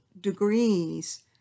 degrees